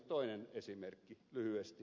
toinen esimerkki lyhyesti